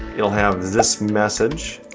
it'll have this message.